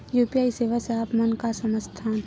UPI सेवा से आप मन का समझ थान?